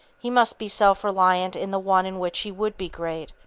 he must be self-reliant in the one in which he would be great.